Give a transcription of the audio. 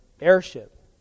airship